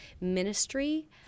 ministry